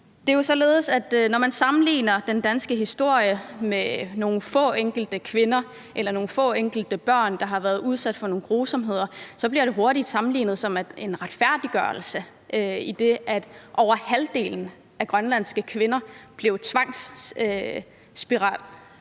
når man sammenligner med den danske historie, hvor nogle få enkelte kvinder eller nogle få enkelte børn har været udsat for nogle grusomheder, bliver det hurtigt sammenlignet som en retfærdiggørelse, i forhold til at over halvdelen af grønlandske kvinder fik tvangsopsat